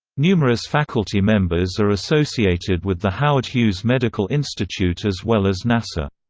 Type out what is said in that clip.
numerous faculty members are associated with the howard hughes medical institute as well as nasa.